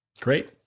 Great